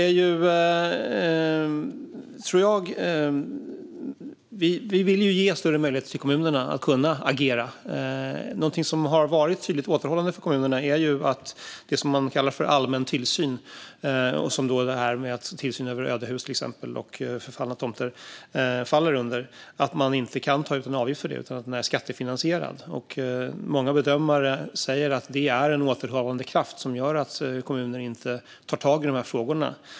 Vi vill ge kommunerna större möjlighet att agera. Något som har varit tydligt återhållande för kommunerna är att de inte kan ta ut en avgift för det som kallas allmän tillsyn, som tillsyn över ödehus och förfallna tomter faller under, eftersom det är skattefinansierat. Många bedömare säger att det är en återhållande kraft som gör att kommuner inte tar tag i dessa frågor.